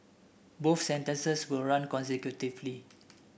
both sentences will run consecutively